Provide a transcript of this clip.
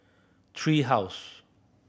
Tree House